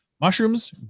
Mushrooms